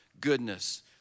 goodness